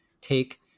take